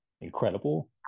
incredible